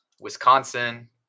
Wisconsin